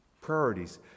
Priorities